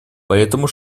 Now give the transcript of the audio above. поэтому